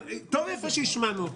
טוב ויפה שהשמענו אותה,